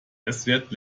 messwert